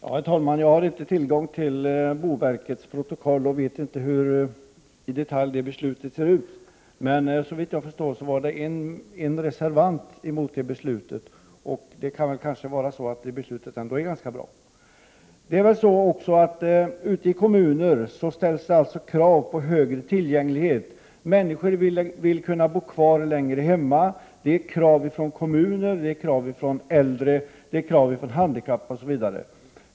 Herr talman! Jag har inte tillgång till boverkets protokoll och vet inte hur det beslut vi talar om ser ut i detalj. Såvitt jag förstår hade en person reserverat sig mot beslutet. Det kan kanske vara så att beslutet ändå är ganska bra. Ute i kommunerna ställs högre krav på tillgänglighet. Människor vill kunna bo kvar hemma längre. Det ställs krav från kommunen, från äldre och handikappade osv.